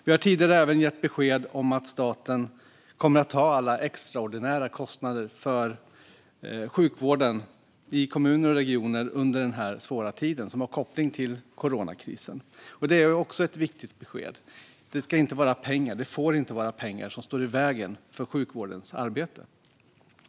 Vi har tidigare även gett besked om att staten kommer att ta alla extraordinära kostnader som har koppling till coronakrisen för sjukvården i kommuner och regioner under den här svåra tiden. Detta är också ett viktigt besked. Det ska inte och får inte vara pengar som står i vägen för sjukvårdens arbete.